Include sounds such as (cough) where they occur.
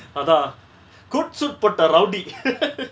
அதா:atha cord shoot போட்ட:pota rawdy (laughs)